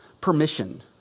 permission